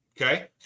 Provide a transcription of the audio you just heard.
Okay